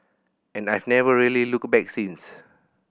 and I've never really looked back since